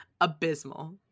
abysmal